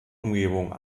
umgebung